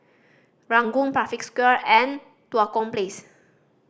Ranggung Parkview Square and Tua Kong Place